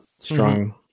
strong